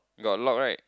got lock right